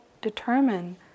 determine